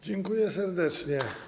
Dziękuję serdecznie.